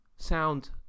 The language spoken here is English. Sound